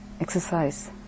exercise